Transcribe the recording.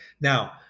Now